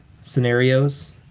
scenarios